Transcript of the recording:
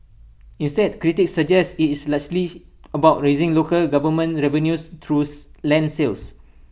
instead critics suggest IT is largely about raising local government revenues land sales